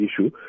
issue